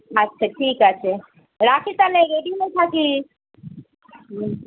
আচ্ছা ঠিক আছে রাখি তাহলে রেডি হয়ে থাকিস হুম